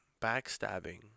Backstabbing